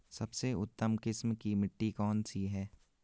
सबसे उत्तम किस्म की मिट्टी कौन सी है?